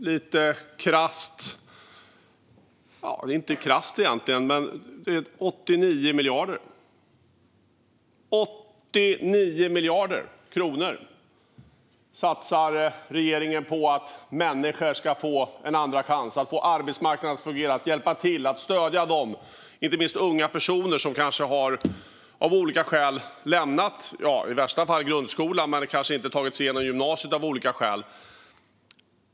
Lite krasst - eller egentligen inte - satsar regeringen 89 miljarder kronor på att människor ska få en andra chans, på att få arbetsmarknaden att fungera och på att hjälpa och stödja de inte minst unga personer som av olika skäl kanske lämnat i värsta fall grundskolan eller annars gymnasiet.